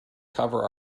cover